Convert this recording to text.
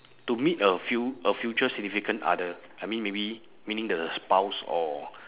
to meet a fu~ a future significant other I mean maybe meaning the spouse or